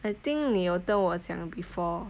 I think 你有跟我讲 before